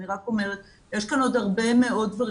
אני רק אומרת שיש כאן עוד הרבה מאוד דברים